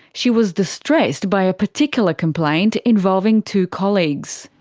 she was distressed by a particular complaint involving two colleagues.